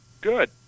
Good